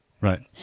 Right